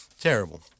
Terrible